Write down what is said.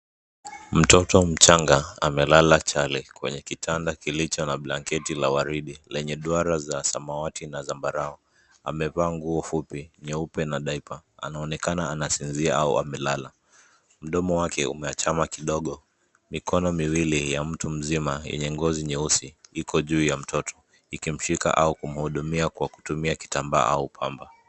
Mtoto mchanga amelala chale kwenye kitanda kilicho na blanketi la waridi lenye duara za samawati na zambarau. Amevaa nguo fupi nyeupe na diaper . Anaonekana anasinzia au amelala. Mdomo wake umeachama kidogo. Mikono miwili ya mtu mzima yenye ngozi nyeusi iko juu ya mtoto ikimshika au kumhudumia kutumia kitambaa au pamba.